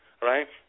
right